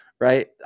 right